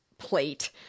plate